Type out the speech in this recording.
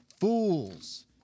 fools